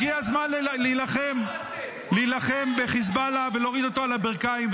הגיע הזמן להילחם בחיזבאללה ולהוריד אותו על הברכיים,